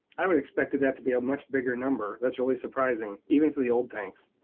um expected that to be a much bigger number, that's really surprising, even for the old tanks.